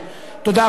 תודה רבה.